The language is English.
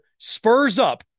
SPURSUP